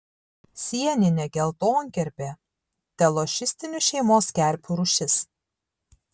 sieninė geltonkerpė telošistinių šeimos kerpių rūšis